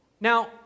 Now